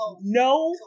no